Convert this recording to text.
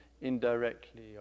indirectly